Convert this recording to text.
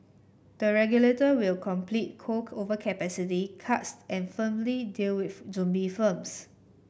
the regulator will complete coal overcapacity cuts and firmly deal with zombie firms